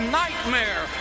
nightmare